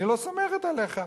אני לא סומכת עליך.